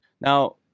Now